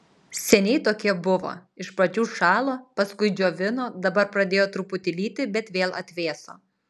seniai tokie buvo iš pradžių šalo paskui džiovino dabar pradėjo truputį lyti bet vėl atvėso